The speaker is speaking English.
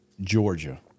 Georgia